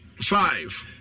five